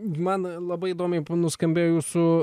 man labai įdomiai nuskambėjo jūsų